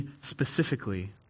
specifically